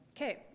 Okay